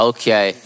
Okay